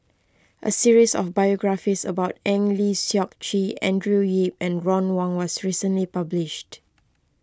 a series of biographies about Eng Lee Seok Chee Andrew Yip and Ron Wong was recently published